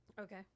Okay